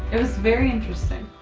it was very interesting.